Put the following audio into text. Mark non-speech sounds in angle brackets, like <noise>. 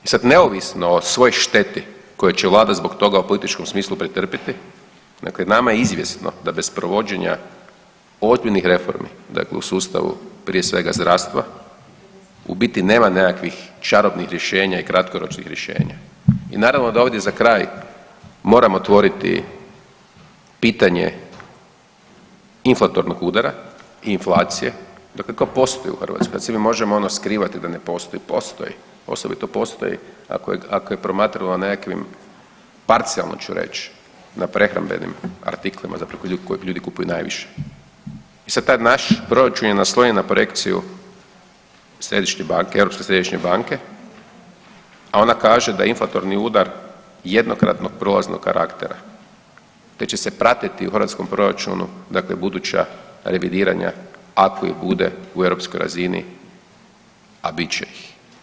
I sad neovisno o svoj šteti koju će Vlada zbog toga u političkom smislu pretrpiti, dakle nama je izvjesno da bez provođenja ozbiljnih reformi, u sustavu, prije svega, zdravstva, u biti nema nekakvih čarobnih rješenja i kratkoročnih rješenja i naravno da ovdje za kraj moram otvoriti pitanje inflatornog udara i inflacije, dakle kao ... <unintelligible> kad se mi možemo ono skrivati da ne postoji, postoji, osobito postoji ako je promatramo nekakvim, parcijalno ću reći, na prehrambenim artiklima ... <unintelligible> ljudi kupuju najviše i sad taj naš Proračun je naslonjen projekciju središnje banke, Europske središnje banke, a ona kaže da je inflatorni udar jednokratnog prolaznog karaktera te će se pratiti u hrvatskom proračunu dakle buduća revidiranja, ako ih bude, u europskoj razini, a bit će ih.